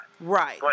Right